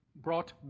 brought